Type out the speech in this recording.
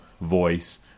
voice